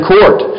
Court